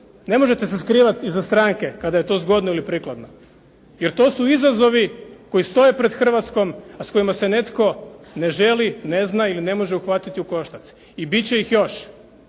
Ne možete se skrivati iza stranke kada je to zgodno ili prikladno. Jer, to su izazovi koji stoje pred Hrvatskom, a s kojima se netko ne želi, ne zna ili ne može uhvatiti u koštac. I bit će ih još,